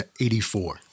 84